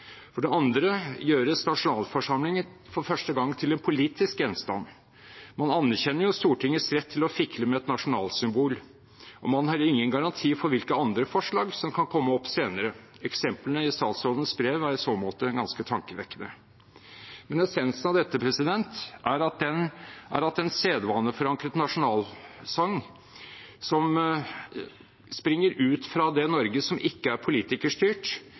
For det andre gjøres nasjonalsangen til en politisk gjenstand. Man anerkjenner Stortingets rett til å fikle med et nasjonalsymbol, og man har ingen garanti for hvilke andre forslag som kan komme opp senere. Eksemplene i statsrådens brev er i så måte ganske tankevekkende. Essensen av dette er at en sedvaneforankret nasjonalsang som springer ut fra det Norge som ikke er politikerstyrt,